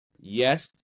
Yes